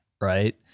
right